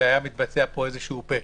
והיה מתבצע פה פשע,